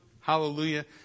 hallelujah